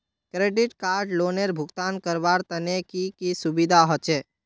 Credit card लोनेर भुगतान करवार तने की की सुविधा होचे??